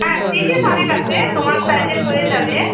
হ্যাঁ three piece অনেক আছে তোমার সাইজের হয়ে যাবে